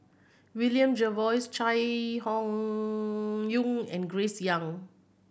William Jervois Chai Hon Yoong and Grace Young